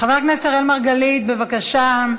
חבר הכנסת אראל מרגלית, בבקשה.